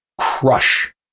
crush